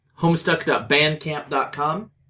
homestuck.bandcamp.com